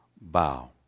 bow